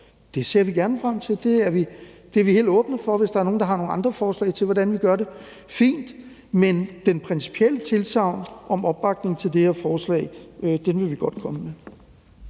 Det ser vi gerne frem til. Det er vi helt åbne for, hvis der er nogen, der har nogle andre forslag til, hvordan vi gør det. Det er fint. Men det principielle tilsagn om opbakning til det forslag vi vil godt komme med.